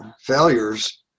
failures